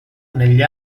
negli